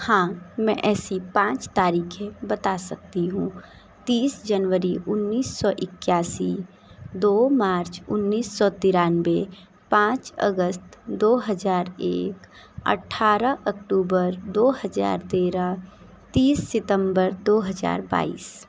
हाँ मैं ऐसी पाँच तारीखें बता सकती हूँ तीस जनवरी उन्नीस सौ इक्यासी दो मार्च उन्नीस सौ तिरानवे पाँच अगस्त दो हज़ार एक अट्ठारह अक्टूबर दो हज़ार तेरह तीस सितंबर दो हज़ार बाईस